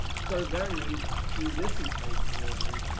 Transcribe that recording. serve their needs through distance based delivery?